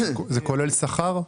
זה כולל שכר?